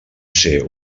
ser